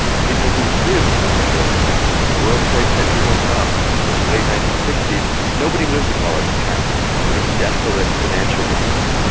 people who lived in that area. when the world trade center went up in the late nineteen sixty s nobody lived in lower manhattan, it was a sort of desolate financial district.